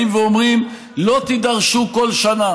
אנחנו באים ואומרים: לא תידרשו כל שנה,